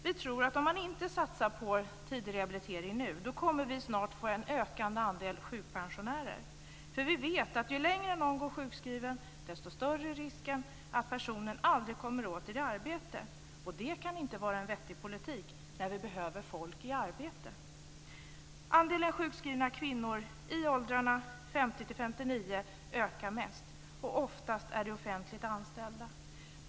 Vi tror att vi snart kommer att få en ökande andel sjukpensionärer om man inte satsar på tidig rehabilitering nu. Vi vet nämligen att ju längre någon går sjukskriven desto större är risken att personen aldrig kommer åter i arbete. Det kan inte vara en vettig politik när vi behöver folk i arbete. Andelen sjukskrivna kvinnor i åldrarna 50-59 år ökar mest. Oftast är de offentligt anställda.